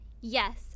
Yes